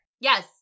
Yes